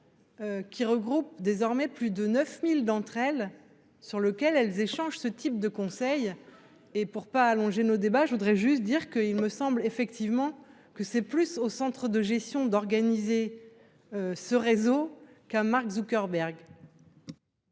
Qui regroupe désormais plus de 9000 d'entre elles sur lequel elles échangent ce type de conseil et pour pas allonger nos débats. Je voudrais juste dire que il me semble effectivement que c'est plus au centre de gestion d'organiser. Ce réseau qu'Mark Zuckerberg.